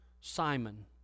Simon